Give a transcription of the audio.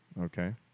Okay